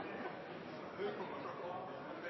skal